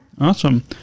awesome